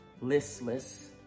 listless